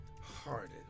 hearted